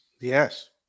Yes